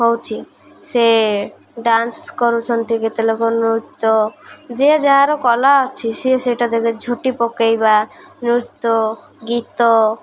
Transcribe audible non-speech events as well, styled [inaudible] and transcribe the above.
ହେଉଛି ସେ ଡାନ୍ସ କରୁଛନ୍ତି କେତେ ଲୋକ ନୃତ୍ୟ ଯିଏ ଯାହାର କଳା ଅଛି ସିଏ ସେଇଟା [unintelligible] ଝୋଟି ପକାଇବା ନୃତ୍ୟ ଗୀତ